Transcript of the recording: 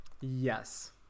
Yes